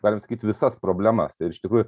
galima sakyt visas problemas ir iš tikrųjų